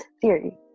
theory